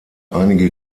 einige